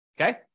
Okay